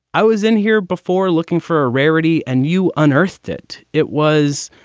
i was in here before, looking for a rarity. and you unearthed it? it was.